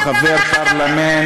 הוא חבר פרלמנט.